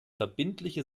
verbindliche